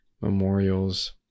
memorials